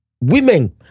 women